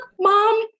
mom